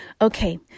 Okay